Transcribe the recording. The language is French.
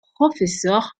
professeur